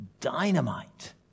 dynamite